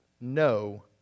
no